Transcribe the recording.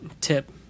tip